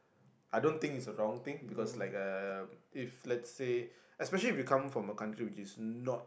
I don't think it's a wrong thing because like uh if let's say especially if you come from a country which is not